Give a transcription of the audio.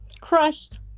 crushed